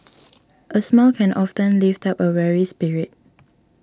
a smile can often lift up a weary spirit